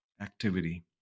activity